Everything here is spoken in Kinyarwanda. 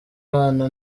bana